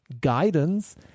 guidance